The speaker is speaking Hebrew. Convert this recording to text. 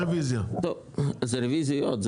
הרי יש רביזיה על כל הסתייגות.